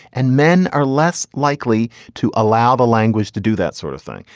and men are less likely to allow the language to do that sort of thing.